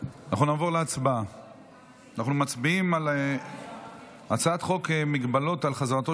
אנחנו מצביעים על הצעת חוק מגבלות על חזרתו